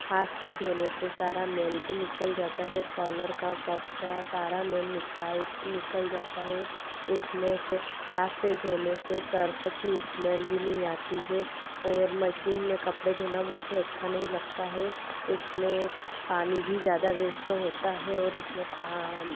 हाथ से धोने से सारा मैल भी निकल जाता है कालर का कफ का सारा मैल निकाल निकल जाता है उसमें से हाथ से धोने से सर्फ की स्मेल भी नहीं आती है और मशीन में कपड़े धोना मुझे अच्छा नहीं लगता है उसमें पानी भी ज़्यादा वेस्ट होता है और उसमें काम